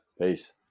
Peace